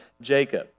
Jacob